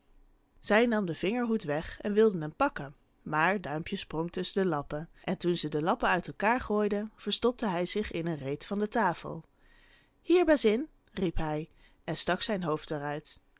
zij nam den vingerhoed weg en wilde hem pakken maar duimpje sprong tusschen de lappen en toen ze de lappen uit elkaâr gooide verstopte hij zich in een reet van de tafel hier bazin riep hij en stak zijn hoofd er